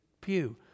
pew